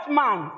man